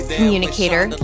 communicator